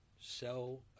sell